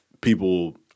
people